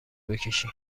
بکشی